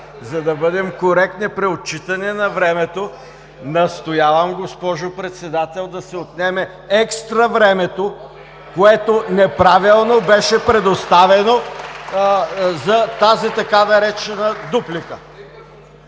За да бъдем коректни при отчитането на времето, настоявам, госпожо Председател, да се отнеме екстра времето, което неправилно беше предоставено за тази така наречена „дуплика“.